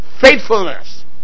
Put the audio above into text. faithfulness